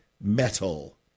metal